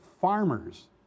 farmers